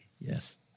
Yes